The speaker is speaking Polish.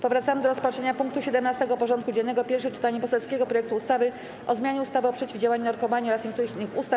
Powracamy do rozpatrzenia punktu 17. porządku dziennego: Pierwsze czytanie poselskiego projektu ustawy o zmianie ustawy o przeciwdziałaniu narkomanii oraz niektórych innych ustaw.